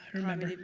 remember.